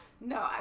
No